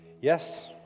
Yes